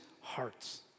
hearts